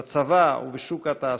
בצבא ובשוק התעסוקה.